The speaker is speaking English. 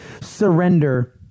surrender